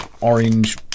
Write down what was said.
orange